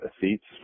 Seats